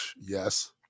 Yes